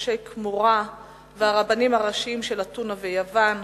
אנשי כמורה והרבנים הראשיים של אתונה ויוון,